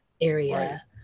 area